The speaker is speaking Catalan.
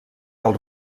del